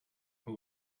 who